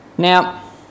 Now